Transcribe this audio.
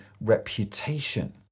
reputation